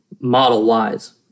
model-wise